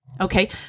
Okay